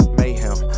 mayhem